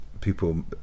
people